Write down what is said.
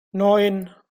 neun